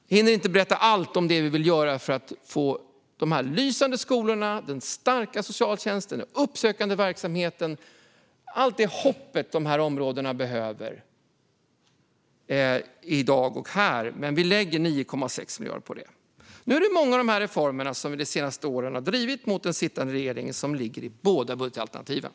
Jag hinner inte berätta allt om det vi vill göra för att för att få de lysande skolorna, den starka socialtjänsten och den uppsökande verksamheten. Det handlar om allt det hopp de här områdena behöver i dag, och vi lägger 9,6 miljarder på det. Nu är det många av de reformer som vi de senaste åren har drivit mot den sittande regeringen som ligger i båda budgetalternativen.